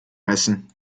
messen